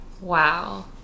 wow